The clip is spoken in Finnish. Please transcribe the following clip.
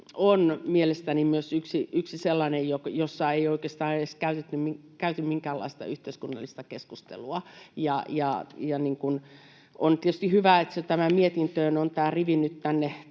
on mielestäni myös yksi sellainen, josta ei ole oikeastaan edes käyty minkäänlaista yhteiskunnallista keskustelua. On tietysti hyvä, että tänne mietintöön on tämä rivi nyt